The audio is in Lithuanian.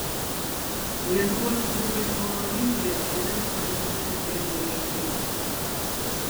lietuvos klubai eurolygoje šiemet važiuoja dviem greičiais